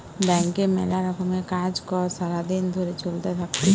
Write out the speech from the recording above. ব্যাংকে মেলা রকমের কাজ কর্ সারা দিন ধরে চলতে থাকতিছে